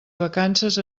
vacances